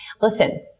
Listen